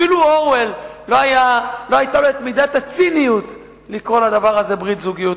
אפילו אורוול לא היתה לו מידת הציניות לקרוא לדבר הזה ברית זוגיות.